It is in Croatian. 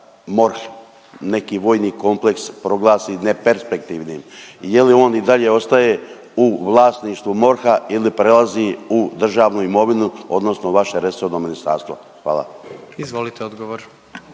neki vojni kompleks proglasi neperspektivnim je li on i dalje ostaje u vlasništvu MORH-a ili prelazi u državnu imovinu odnosno vaše resorno ministarstvo. Hvala. **Jandroković,